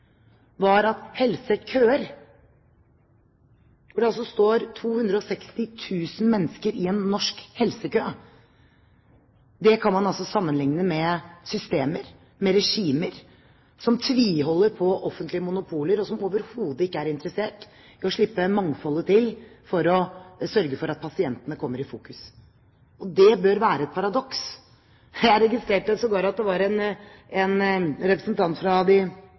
var at helsekøer – det står 260 000 mennesker i norske helsekøer – kan man sammenligne med systemer, med regimer som tviholder på offentlige monopoler, og som overhodet ikke er interessert i å slippe mangfoldet til for å sørge for at pasientene kommer i fokus. Det bør være et paradoks. Jeg registrerte sågar at det var en representant fra de